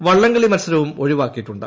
വളളം കളി മത്സരവും ഒഴിവാക്കിയിട്ടുണ്ട്